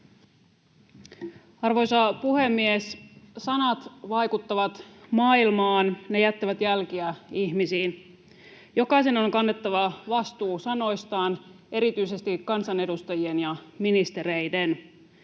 Arvoisa puhemies! Sanat vaikuttavat maailmaan, ne jättävät jälkiä ihmisiin. Jokaisen on kannettava vastuu sanoistaan, erityisesti kansanedustajien ja ministereiden.